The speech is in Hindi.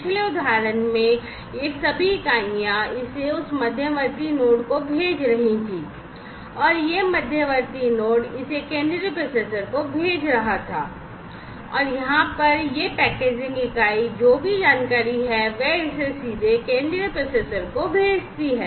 पिछले उदाहरण में ये सभी इकाइयाँ इसे उस मध्यवर्ती नोड को भेज रही थीं और यह मध्यवर्ती नोड इसे केंद्रीय प्रोसेसर को भेज रहा था और यहाँ पर यह पैकेजिंग इकाई जो भी जानकारी है वह इसे सीधे केंद्रीय प्रोसेसर को भेजती है